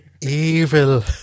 evil